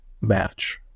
match